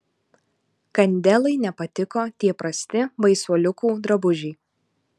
kandelai nepatiko tie prasti baisuoliukų drabužiai